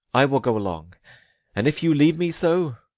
i will go along an if you leave me so,